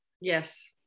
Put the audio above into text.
Yes